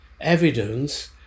evidence